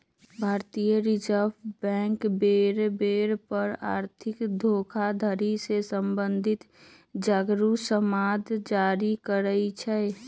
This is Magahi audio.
भारतीय रिजर्व बैंक बेर बेर पर आर्थिक धोखाधड़ी से सम्बंधित जागरू समाद जारी करइ छै